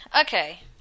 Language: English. okay